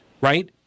right